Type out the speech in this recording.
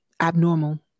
abnormal